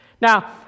Now